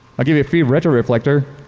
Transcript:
i'll give you a free retroreflector.